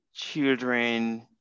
children